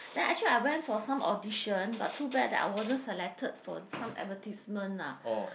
then actually I went for some audition but too bad that I wasn't selected for some advertisement lah